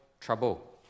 trouble